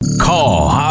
Call